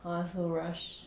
ha so rush